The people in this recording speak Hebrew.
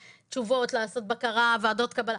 תשובות, לעשות בקרה, ועדות קבלה.